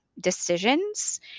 decisions